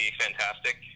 fantastic